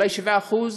אולי 7%,